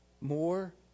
more